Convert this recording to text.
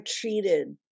treated